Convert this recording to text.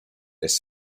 this